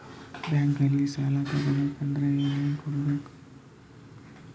ಬ್ಯಾಂಕಲ್ಲಿ ಸಾಲ ತಗೋ ಬೇಕಾದರೆ ಏನೇನು ಕೊಡಬೇಕು?